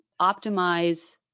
optimize